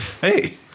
Hey